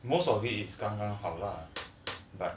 most of its 刚刚好了 but